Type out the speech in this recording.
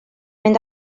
mynd